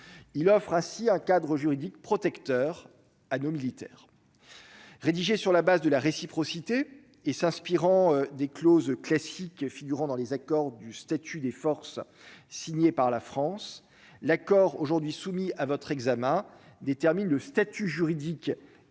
il offre ainsi un cadre juridique protecteur à nos militaires rédigé sur la base de la réciprocité et s'inspirant des clauses classique figurant dans les accords du statut des forces, signée par la France, l'accord aujourd'hui soumis à votre examen détermine le statut juridique et